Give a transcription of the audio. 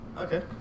Okay